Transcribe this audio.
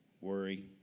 worry